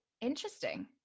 interesting